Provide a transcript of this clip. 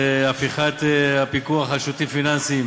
הפיכת הפיקוח על שירותים פיננסיים